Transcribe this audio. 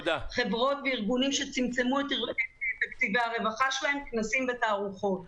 קבוצות וארגונים שצמצמו את תקציבי הרווחה שלהם וכנסים ותערוכות.